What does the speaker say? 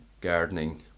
gardening